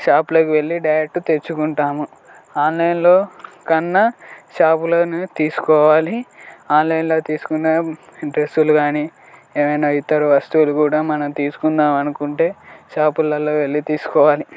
షాపులకు వెళ్ళి డైరెక్ట్ తెచ్చుకుంటాము ఆన్లైన్లో కన్నా షాపులోనే తీసుకోవాలి ఆన్లైన్లో తీసుకున్న డ్రెస్సులు గానీ ఏమైనా ఇతర వస్తువులు కూడా మనం తీసుకుందాం అనుకుంటే షాపులల్లో వెళ్ళి తీసుకోవాలి